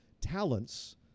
talents